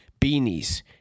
beanies